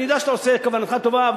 אני יודע שכוונתך טובה,